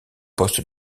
poste